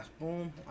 boom